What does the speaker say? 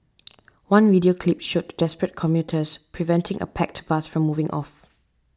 one video clip showed desperate commuters preventing a packed bus from moving off